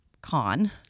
con